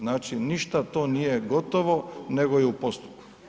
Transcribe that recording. Znači ništa to nije gotovo nego je u postupku.